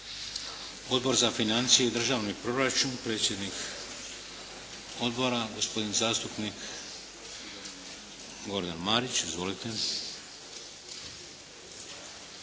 Odbor za financije i državni proračun. Predsjednik Odbora, gospodin zastupnik Goran Marić. Izvolite.